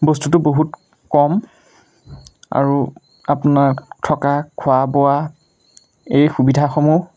বস্তুটো বহুত কম আৰু আপোনাক থকা খোৱা বোৱা এই সুবিধাসমূহ